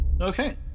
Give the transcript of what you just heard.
Okay